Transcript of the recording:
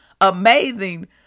amazing